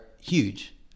huge